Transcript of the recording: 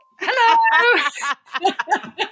hello